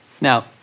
Now